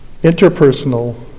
interpersonal